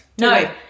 No